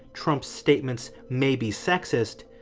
trump's statements may be sexist,